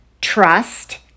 trust